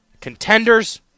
contenders